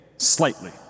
slightly